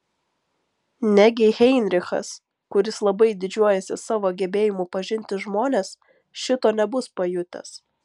negi heinrichas kuris labai didžiuojasi savo gebėjimu pažinti žmones šito nebus pajutęs